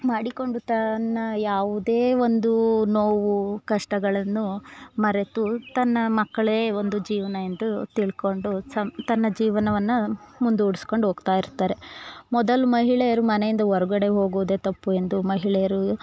ಮಾಡಿಕೊಂಡು ತನ್ನ ಯಾವುದೇ ಒಂದು ನೋವು ಕಷ್ಟಗಳನ್ನು ಮರೆತು ತನ್ನ ಮಕ್ಕಳೇ ಒಂದು ಜೀವನ ಎಂದು ತಿಳ್ಕೊಂಡು ಸಂ ತನ್ನ ಜೀವನವನ್ನು ಮುಂದೂಡಿಸ್ಕೊಂಡ್ ಹೋಗ್ತಾ ಇರ್ತಾರೆ ಮೊದಲು ಮಹಿಳೆಯರು ಮನೆಯಿಂದ ಹೊರ್ಗಡೆ ಹೋಗೋದೇ ತಪ್ಪು ಎಂದು ಮಹಿಳೆಯರು